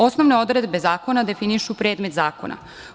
Osnovne odredbe zakona definišu predmet zakona.